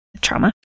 Trauma